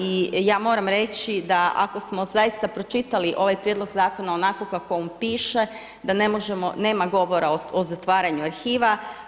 I ja moram reći ako smo zaista pročitali ovaj prijedlog zakona onako kako on piše da nema govora o zatvaranju arhiva.